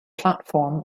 platform